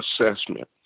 assessment